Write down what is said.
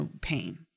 pain